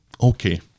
Okay